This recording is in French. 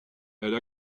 elle